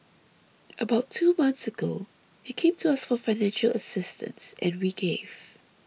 about two months ago he came to us for financial assistance and we gave